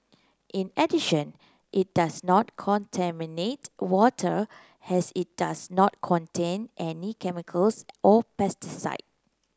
in addition it does not contaminate water as it does not contain any chemicals or pesticide